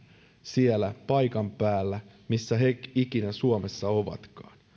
siellä paikan päällä missä ne ikinä suomessa ovatkaan